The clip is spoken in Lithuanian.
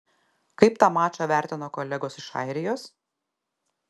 kaip tą mačą vertino kolegos iš airijos